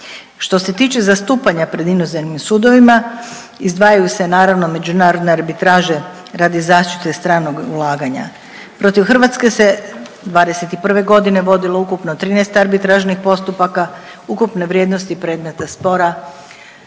Što se tiče zastupanja pred inozemnim sudovima, izdvajaju se naravno, međunarodne arbitraže radi zaštite stranog ulaganja. Protiv Hrvatske se '21. g. vodilo ukupno 13 arbitražnih postupaka, ukupne vrijednosti predmeta spora